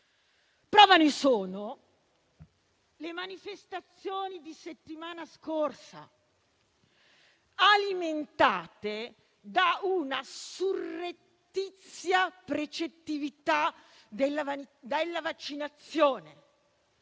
Prova ne sono le manifestazioni della settimana scorsa, alimentate da una surrettizia precettività della vaccinazione,